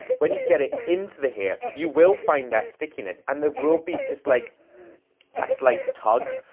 when you get it into the hair, you will find that stickiness and there will be just like a slight tug,